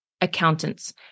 accountants